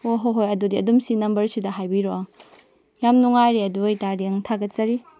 ꯑꯣ ꯍꯣꯏ ꯍꯣꯏ ꯑꯗꯨꯗꯤ ꯑꯗꯨꯝ ꯁꯤ ꯅꯝꯕꯔꯁꯤꯗ ꯍꯥꯏꯕꯤꯔꯛꯑꯣ ꯌꯥꯝ ꯅꯨꯡꯉꯥꯏꯔꯦ ꯑꯗꯨꯏ ꯑꯣꯏꯇꯥꯔꯗꯤ ꯑꯪ ꯊꯥꯒꯠꯆꯔꯤ